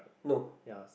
no